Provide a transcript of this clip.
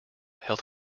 health